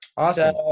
awesome.